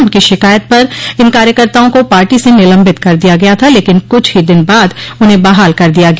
उनकी शिकायत पर इन कार्यकर्ताओं को पार्टी से निलंबित कर दिया गया था लेकिन कुछ ही दिन बाद उन्हें बहाल कर दिया गया